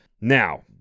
Now